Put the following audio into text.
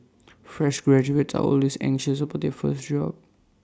fresh graduates are always anxious about their first job